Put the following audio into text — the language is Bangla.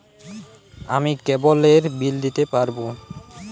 আমি কেবলের বিল দিতে পারবো?